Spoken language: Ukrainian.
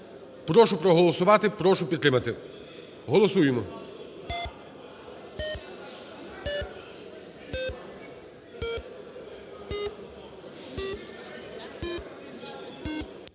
Прошу проголосувати. Прошу підтримати. Голосуємо.